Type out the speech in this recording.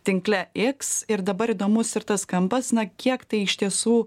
tinkle iks ir dabar įdomus ir tas kampas na kiek tai iš tiesų